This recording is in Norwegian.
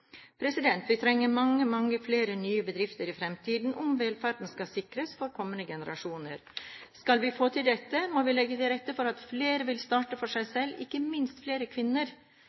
Vi trenger mange, mange flere nye bedrifter i fremtiden om velferden skal sikres for kommende generasjoner. Skal vi få til dette, må vi legge til rette for at flere vil starte for seg selv, ikke minst flere kvinner.